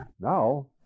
Now